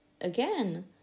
again